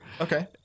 Okay